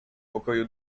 pokoju